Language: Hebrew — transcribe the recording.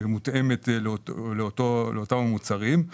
היא מותאמת לאותם המוצרים.